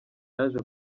yaje